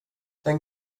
den